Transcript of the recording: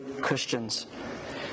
Christians